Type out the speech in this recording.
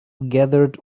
gathered